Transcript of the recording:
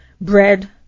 bread